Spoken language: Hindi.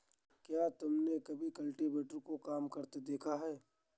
क्या तुमने कभी कल्टीवेटर को काम करते देखा है?